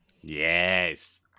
yes